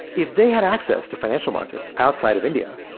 if they had access to financial markets outside of india,